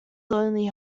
lonely